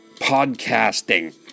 podcasting